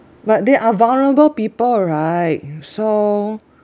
but they are vulnerable people right so